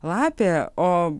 lapė o